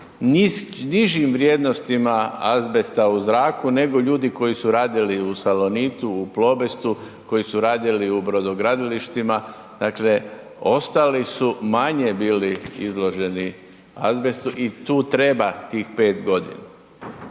nižim vrijednostima azbesta u zraku, nego ljudi koji su radili u Salonitu, u Plobestu, koji su radili u brodogradilištima, dakle ostali su manje bili izloženi azbestu i tu treba tih 5.g.